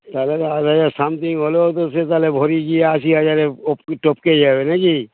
তাহলে তো আট হাজার সামথিং হলেও তো সে তাহলে ভরি গিয়ে আশি হাজারে ওপকি টপকে যাবে নাকি